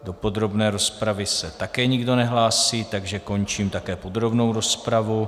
Do podrobné rozpravy se také nikdo nehlásí, takže končím také podrobnou rozpravu.